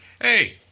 Hey